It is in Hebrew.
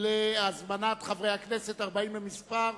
בשל הזמנת חברי הכנסת, 40 במספר.